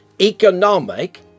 economic